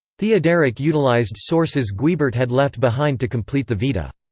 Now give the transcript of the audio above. theoderic utilized sources guibert had left behind to complete the vita.